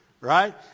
Right